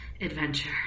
Adventure